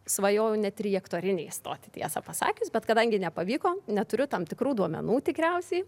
svajojau net ir į aktorinį stoti tiesą pasakius bet kadangi nepavyko neturiu tam tikrų duomenų tikriausiai